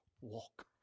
walk